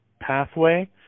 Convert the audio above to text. pathway